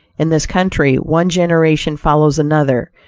in this country, one generation follows another,